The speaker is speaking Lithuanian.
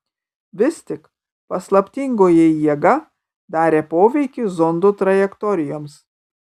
vis tik paslaptingoji jėga darė poveikį zondų trajektorijoms